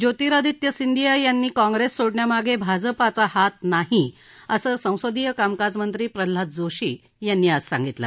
ज्योतिरादित्य सिंदीया यांनी काँग्रेस सोडण्यामागे भाजपाचा हात नाही असं संसदीय कामकाजमंत्री प्रल्हाद जोशी यांनी आज सांगितलं